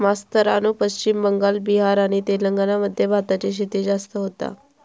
मास्तरानू पश्चिम बंगाल, बिहार आणि तेलंगणा मध्ये भाताची शेती जास्त होता